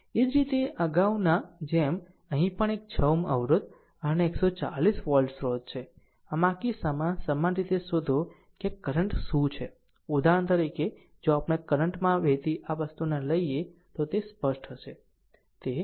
એ જ રીતે અગાઉનાની જેમ અહીં પણ એક 6 Ω અવરોધ છે અને 140 વોલ્ટ સ્રોત છે આમ આ કિસ્સામાં સમાન રીતે શોધો કે આ કરંટ શું છે ઉદાહરણ તરીકે જો આપણે કરંટ માં વહેતી આ વસ્તુને લઈએ તો તે સ્પષ્ટ છે